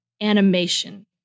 animation